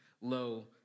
low